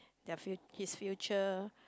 their fu~ his future